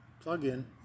plug-in